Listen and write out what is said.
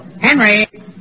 Henry